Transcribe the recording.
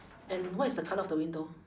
and what is the colour of the window